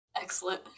Excellent